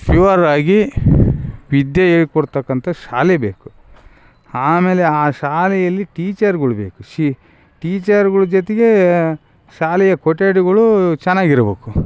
ಫೀವರಾಗಿ ವಿದ್ಯಾ ಹೇಳಿಕೊಡ್ತಕಂಥ ಶಾಲೆ ಬೇಕು ಆಮೇಲೆ ಆ ಶಾಲೆಯಲ್ಲಿ ಟೀಚರ್ಗಳು ಬೇಕು ಶಿ ಟೀಚರ್ಗಳ್ ಜೊತೆಗೇ ಶಾಲೆಯ ಕೊಠಡಿಗಳು ಚೆನ್ನಾಗಿರ್ಬಕು